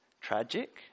tragic